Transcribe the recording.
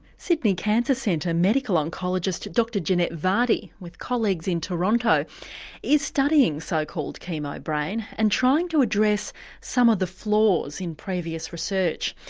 sydney cancer centre medical oncologist dr janette vardy with colleagues in toronto is studying so called chemobrain and trying to address some of the flaws in previous research.